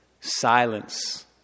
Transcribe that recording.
Silence